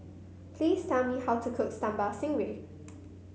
please tell me how to cook Sambal Stingray